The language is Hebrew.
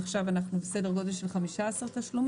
עכשיו אנחנו בסדר גודל של 15 תשלומים.